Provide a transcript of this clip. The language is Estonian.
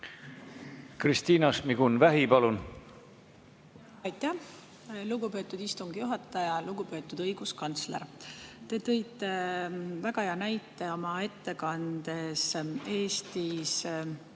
Kristina Šmigun-Vähi, palun! Aitäh, lugupeetud istungi juhataja! Lugupeetud õiguskantsler! Te tõite väga hea näite oma ettekandes Eestis